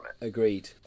agreed